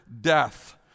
death